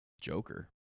Joker